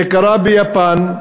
זה קרה ביפן,